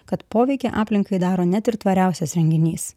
kad poveikį aplinkai daro net ir tvariausias renginys